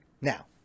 Now